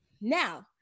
Now